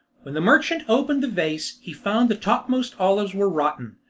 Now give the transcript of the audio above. when the merchant opened the vase he found the topmost olives were rotten,